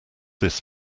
this